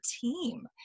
team